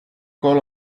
call